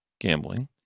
gambling